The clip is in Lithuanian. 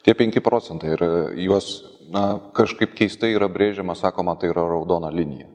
tie penki procentai ir juos na kažkaip keistai yra brėžiama sakoma tai yra raudona linija